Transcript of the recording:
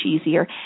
easier